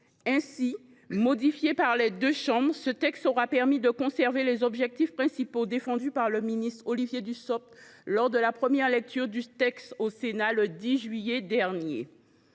Ainsi, modifié par les deux chambres, ce texte aura permis de conserver les objectifs principaux défendus par le ministre Olivier Dussopt lors de son examen en première lecture au Sénat le 10 juillet dernier.